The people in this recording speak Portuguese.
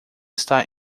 está